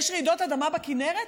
יש רעידות אדמה בכינרת?